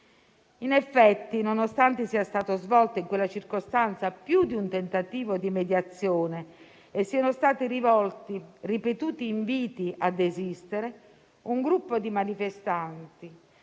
In effetti, nonostante sia stato svolto in quella circostanza più di un tentativo di mediazione e siano stati rivolti ripetuti inviti a desistere, un gruppo di manifestanti,